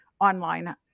online